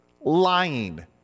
lying